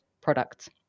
products